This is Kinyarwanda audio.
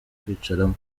kwicaramo